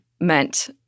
meant